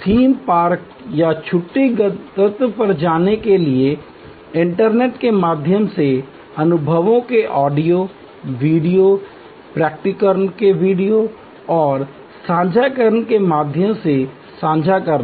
theme park या छुट्टी गंतव्य पर जाने के लिए इंटरनेट के माध्यम से अनुभवों के ऑडियो वीडियो प्रकटीकरण के वीडियो साझाकरण के माध्यम से साझा करना है